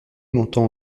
montant